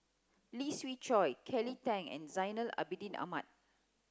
Lee Siew Choh Kelly Tang and Zainal Abidin Ahmad